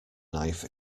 knife